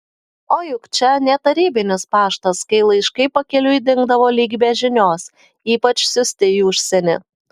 o juk čia ne tarybinis paštas kai laiškai pakeliui dingdavo lyg be žinios ypač siųsti į užsienį